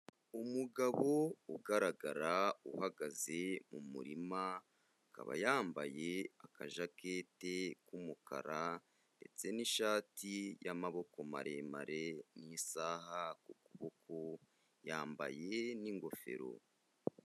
Umugabo ugaragara uhagaze mu murima, akaba yambaye aka jakete k'umukara, ndetse n'ishati y'amaboko maremare, n'isaha ku kuboko, yambaye n'ingofero.